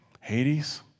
Hades